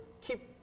keep